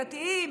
דתיים,